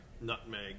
nutmeg